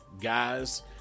guys